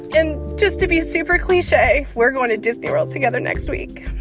and just to be super cliche, we're going to disney world together next week.